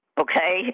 okay